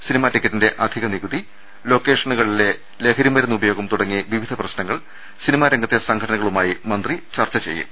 cinema ടിക്കറ്റിന്റെ അധിക നികുതി ലൊക്കേഷനുകളിലെ ലഹരിമരുന്ന് ഉപയോഗം തുടങ്ങി വിവിധ പ്രശ്നങ്ങൾ സിനിമാരംഗത്തെ സംഘടനകളുമായി മന്ത്രി ചർച്ച ചെയ്യും